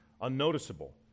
unnoticeable